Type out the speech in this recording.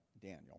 Daniel